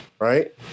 right